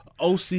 OC